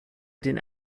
den